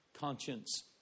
conscience